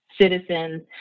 citizens